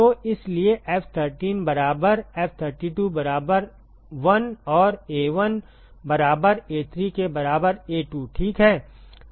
तो इसलिए F13 बराबर F32 बराबर 1 और A1 बराबर A3 के बराबर A2 ठीक है